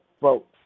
vote